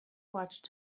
watched